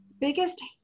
biggest